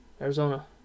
Arizona